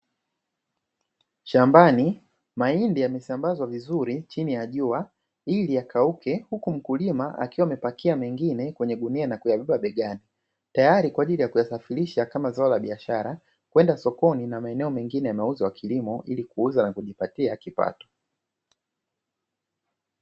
Shambani mahindi yamesambazwa vizuri chini ya jua ili yakauke, huku mkulima akiwa amepakia mengine kwenye gunia na kuyabeba begani, tayari kwa ajili ya kuyasafirisha kama zao la biashara kwenda sokoni na maeneo mengine yameuzwa kilimo ili kuuzwa na kujipatia kipato.